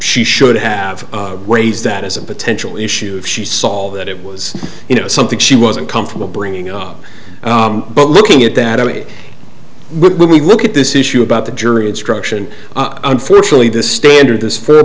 she should have raised that as a potential issue if she saw all that it was you know something she wasn't comfortable bringing up but looking at that i mean when we look at this issue about the jury instruction unfortunately this standard